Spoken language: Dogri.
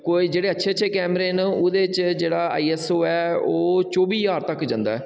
कोई जेह्ड़े अच्छे अच्छे कैमरे न ओह्दे च जेह्ड़ा आईएसओ ऐ ओह् चौह्बी ज्हार तक्कर जंदा ऐ